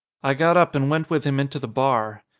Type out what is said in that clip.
i got up and went with him into the bar.